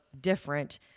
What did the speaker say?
different